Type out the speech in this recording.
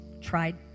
tried